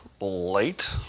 late